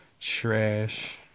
trash